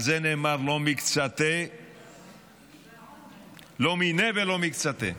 על זה נאמר: לא מניה ולא מקצתיה.